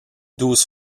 douze